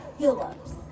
Phillips